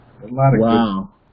Wow